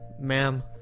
Ma'am